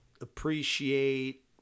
appreciate